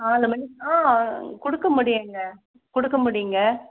நாலு மணிக்கு ஆ கொடுக்க முடியுங்க கொடுக்க முடியுங்க